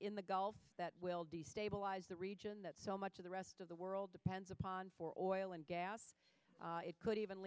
in the gulf that will destabilize the region that so much of the rest of the world depends upon for oil and gas it could even